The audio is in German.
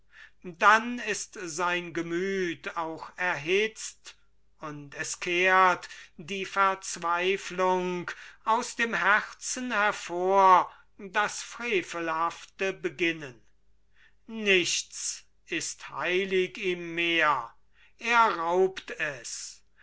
dann ist sein gemüt auch erhitzt und es kehrt die verzweiflung aus dem herzen hervor das frevelhafte beginnen nichts ist heilig ihm mehr er raubt es